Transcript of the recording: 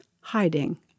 hiding